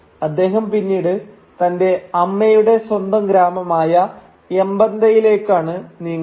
അദ്ദേഹം പിന്നീട് തന്റെ അമ്മയുടെ സ്വന്തം ഗ്രാമമായ എംബന്തയിലേക്കാണ് നീങ്ങുന്നത്